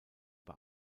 bei